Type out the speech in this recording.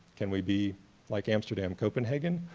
can we be like amsterdam, copenhagen?